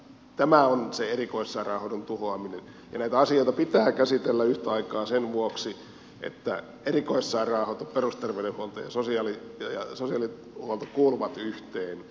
tämä on se erikoissairaanhoidon tuhoaminen ja näitä asioita pitää käsitellä yhtä aikaa sen vuoksi että erikoissairaanhoito perusterveydenhuolto ja sosiaalihuolto kuuluvat yhteen